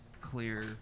clear